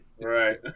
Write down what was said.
Right